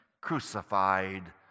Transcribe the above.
crucified